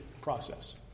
process